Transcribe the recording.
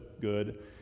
good